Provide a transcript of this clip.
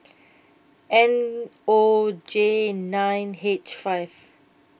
N O J nine H five